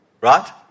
Right